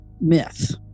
myth